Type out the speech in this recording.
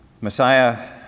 Messiah